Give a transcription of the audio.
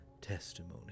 testimony